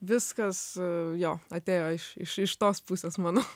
viskas jo atėjo iš iš iš tos pusės mano